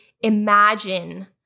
imagine